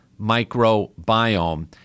microbiome